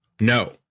No